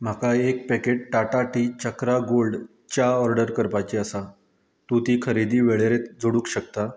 म्हाका एक packet Tata tea Chakra gold च्या ऑर्डर करपाची आसा तूं ती खरेदी वळेरेंत जोडूंक शकता